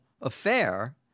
affair